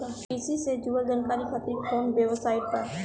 कृषि से जुड़ल जानकारी खातिर कोवन वेबसाइट बा?